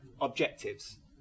objectives